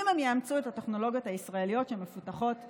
אם הן יאמצו את הטכנולוגיות הישראליות שמפותחות כאן,